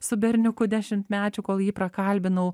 su berniuku dešimtmečiu kol jį prakalbinau